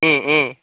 ம் ம்